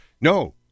no